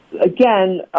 again